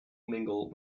mingle